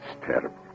terrible